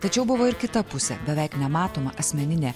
tačiau buvo ir kitą pusė beveik nematomą asmeninė